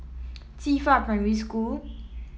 Qifa Primary School